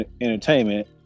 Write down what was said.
entertainment